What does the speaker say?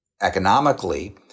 economically